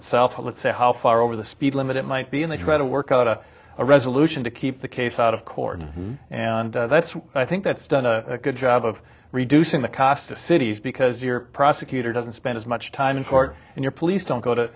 itself let's see how far over the speed limit it might be and they try to work out a resolution to keep the case out of court and that's i think that's done a good job of reducing the cost to cities because your prosecutor doesn't spend as much time in court and your police don't go to